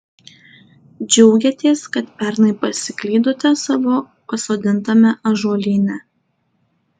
džiaugiatės kad pernai pasiklydote savo pasodintame ąžuolyne